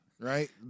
right